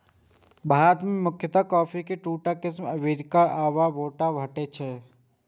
भारत मे मुख्यतः कॉफी के दूटा किस्म अरेबिका आ रोबास्टा भेटै छै